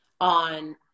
on